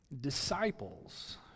disciples